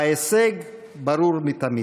ההישג ברור מתמיד: